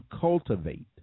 cultivate